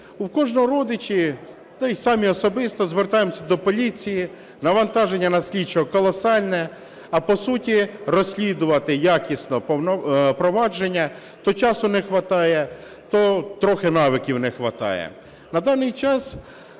У кожного родичі та й самі особисто звертаємося до поліції. Навантаження на слідчого колосальне. А по суті розслідувати якісно провадження то часу не хватає, то трохи навиків не хватає.